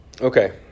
Okay